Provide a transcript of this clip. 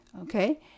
Okay